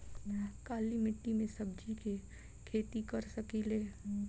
काली मिट्टी में सब्जी के खेती कर सकिले?